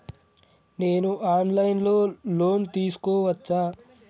నేను online లో loan తీసుకోవచ్చా?